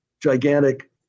gigantic